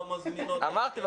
אמרתי,